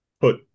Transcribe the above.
put